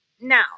Now